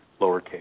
lowercase